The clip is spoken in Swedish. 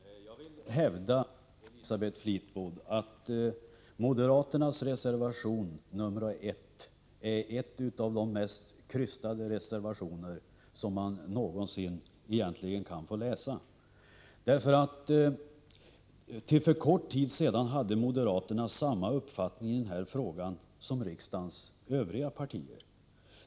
Herr talman! Jag vill hävda, Elisabeth Fleetwood, att moderaternas reservation 1 egentligen är en av de mest krystade reservationer som man kan få läsa. Till helt nyligen hade moderaterna samma uppfattning i denna fråga som riksdagens övriga partier.